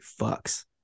fucks